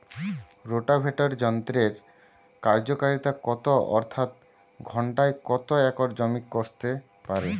Rotavator যন্ত্রের কার্যকারিতা কত অর্থাৎ ঘণ্টায় কত একর জমি কষতে পারে?